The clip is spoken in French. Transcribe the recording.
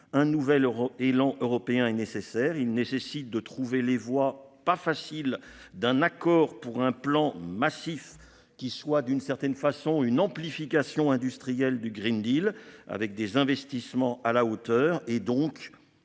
un nouvel élan européen est nécessaire, il nécessite de trouver les voies. Pas facile d'un accord pour un plan massif qui soit d'une certaine façon une amplification industriel du Green Deal. Avec des investissements à la hauteur et donc.